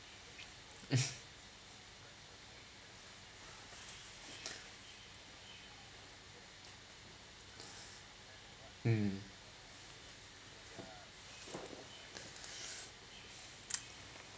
mm